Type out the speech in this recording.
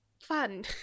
Fun